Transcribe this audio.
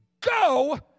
Go